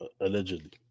allegedly